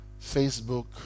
Facebook